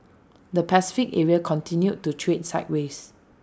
the Pacific area continued to trade sideways